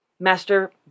Master